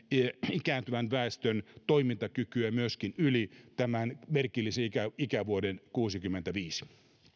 ikääntyvän väestön toimintakykyä myöskin yli tämän merkillisen ikävuoden kuusikymmentäviisi